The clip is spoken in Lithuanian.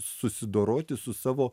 susidoroti su savo